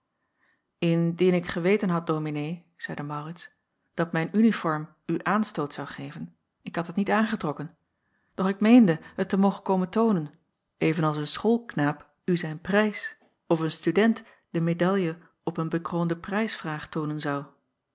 indien ik geweten had dominee zeide maurits dat mijn uniform u aanstoot zou geven ik had het niet aangetrokken doch ik meende het te mogen komen toonen even als een schoolknaap u zijn prijs of een student de medalje op een bekroonde prijsvraag toonen zou